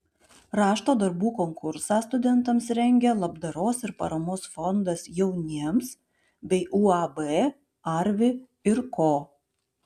rašto darbų konkursą studentams rengia labdaros ir paramos fondas jauniems bei uab arvi ir ko